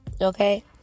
Okay